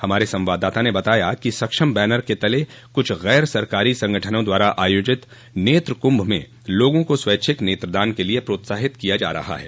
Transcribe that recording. हमारे संवाददाता ने बताया कि सक्षम बैनर के तले कुछ गैर सरकारी संगठनों द्वारा आयोजित नेत्र कुंभ में लोगों को स्वैच्छिक नेत्रदान के लिए प्रोत्साहित किया जा रहा है